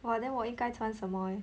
!wah! then 我应该穿什么 leh